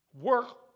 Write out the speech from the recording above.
work